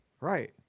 right